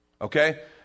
okay